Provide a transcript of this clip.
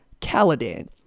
Caladan